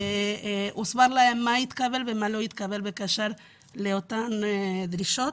הוסבר להם מה התקבל ומה לא התקבל בקשר לאותן דרישות.